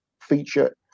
feature